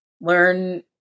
learn